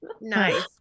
Nice